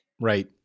Right